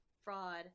fraud